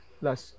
plus